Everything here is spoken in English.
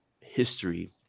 history